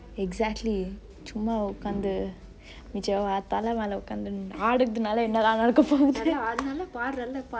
exactly சும்மா ஒக்காந்து நிஜமா தல மேல ஒக்காந்து ஆடுருதுனால என்னலா நடக்க போதுனு தெரில:cumma okkanthu nijemaa thale mela okkanthu aaduruthunaale ennelaa nadekke pothunu terile